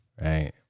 right